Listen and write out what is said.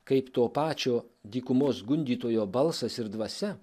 kaip to pačio dykumos gundytojo balsas ir dvasia